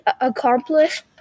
accomplished